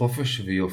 חופש ויופי.